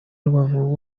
rubavu